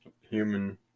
human